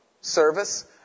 service